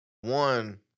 one